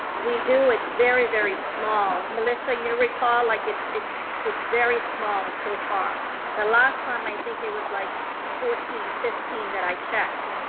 we do, it's very, very small. melissa, you recall like it's it's very small so far the last time i think it was like fourteen, fifteen that i checked.